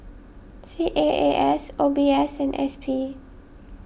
C A A S O B S and S P